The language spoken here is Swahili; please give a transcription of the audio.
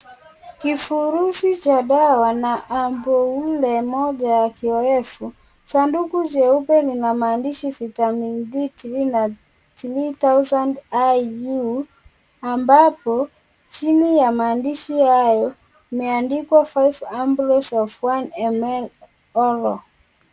Kifurusi cha dawa na amboune moja ya kioefu, sanduku jeupe lina maandishi vitamin D3 na, 300IU, ambapo, chini ya maandishi hayo, imeandikwa five ambros of 1ml ovo .